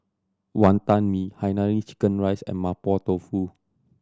Wonton Mee Hainanese chicken rice and Mapo Tofu